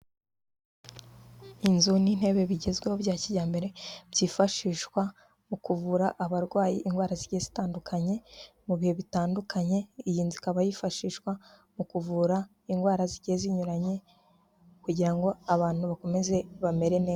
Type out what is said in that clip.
Inzu n'intebe bigezweho bya kijyambere byifashishwa mu kuvura abarwaye indwara zigiye zitandukanye mu bihe bitandukanye, iyi nzu ikaba yifashishwa mu kuvura indwara zigiye zinyuranye kugira ngo abantu bakomeze bamere neza.